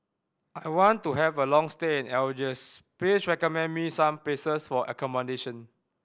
I want to have a long stay in Algiers please recommend me some places for accommodation